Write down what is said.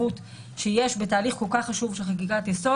שיש בתהליך כל כך חשוב של חקיקת יסוד.